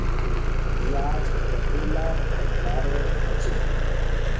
ब्याज कतेला प्रकारेर होचे?